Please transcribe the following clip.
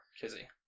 Kizzy